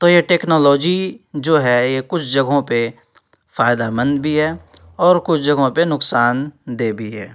تو یہ ٹیکنالوجی جو ہے یہ کچھ جگہوں پہ فائدہ مند بھی ہے اور کچھ جگہوں پہ نقصان دہ بھی ہے